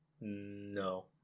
No